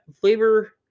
flavor